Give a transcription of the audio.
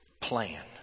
plan